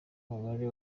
umubare